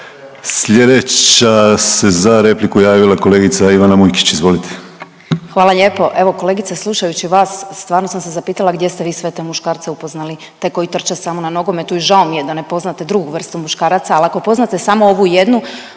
Slijedeća se za repliku javila kolegica Ivana Mujčić, izvolite. **Mujkić, Ivana (DP)** Hvala lijepo. Evo kolegice slušajući vas stvarno sam se zapitala gdje ste vi sve te muškarce upoznali, te koji trče samo na nogomet i žao mi je da ne poznate drugu vrstu muškaraca, al ako poznate samo ovu jednu